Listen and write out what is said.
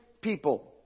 people